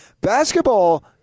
Basketball